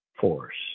force